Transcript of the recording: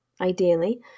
ideally